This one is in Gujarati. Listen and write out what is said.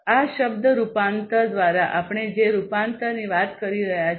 આ શબ્દ રૂપાંતર દ્વારા આપણે જે રૂપાંતરની વાત કરી રહ્યા છીએ